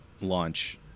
launch